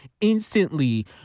instantly